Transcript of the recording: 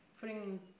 putting